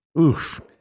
Oof